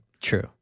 True